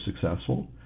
successful